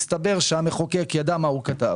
מסתבר שהמחוקק ידע מה הוא כתב